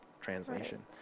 translation